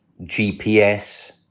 gps